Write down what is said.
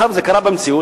מאחר שזה קרה במציאות,